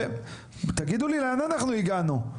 לאן אנחנו הגענו,